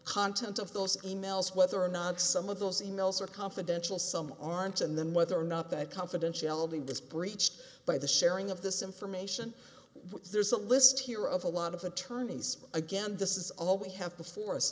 content of those e mails whether or not some of those e mails are confidential some aren't and then whether or not that confidentiality was breached by the sharing of this information which there's a list here of a lot of attorneys again this is all we have